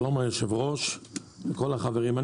שלום ליושב-ראש ולכל החברים.